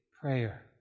prayer